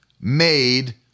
made